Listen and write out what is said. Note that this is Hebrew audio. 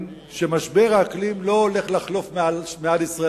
שמשבר האקלים לא הולך לחלוף מעל ישראל,